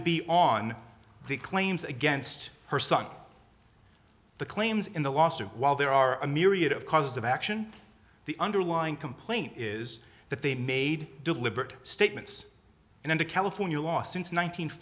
to be on the claims against her son the claims in the lawsuit while there are a myriad of causes of action the underlying complaint is that they made deliberate statements and under california law since